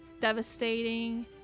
devastating